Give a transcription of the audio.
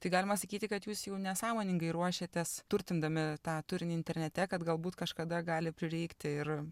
tai galima sakyti kad jūs jau nesąmoningai ruošiatės turtindami tą turinį internete kad galbūt kažkada gali prireikti ir